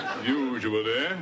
Usually